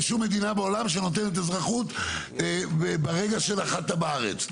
שום מדינה בעולם שנותנת אזרחות ברגע שנחת בארץ.